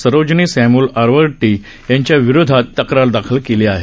Sarojini Samuel Aravattagi यांच्या विरोधात तक्रार दाखल केली आहे